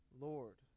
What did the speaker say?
Lord